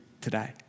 today